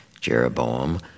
Jeroboam